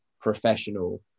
professional